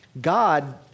God